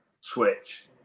switch